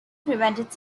prevented